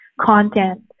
content